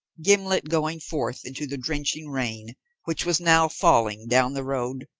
gimblet going forth into the drenching rain which was now falling down the road,